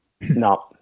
no